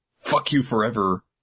fuck-you-forever